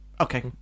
Okay